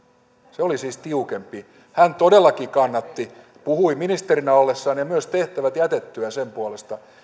se oli siis tiukempi hän todellakin kannatti puhui ministerinä ollessaan ja myös tehtävät jätettyään sen puolesta